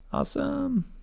Awesome